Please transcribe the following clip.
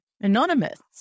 Anonymous